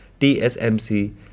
TSMC